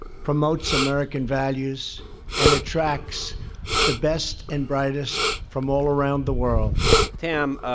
promotes american values and attracts the best and brightest from all around the world tam,